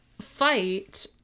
fight